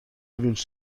wünscht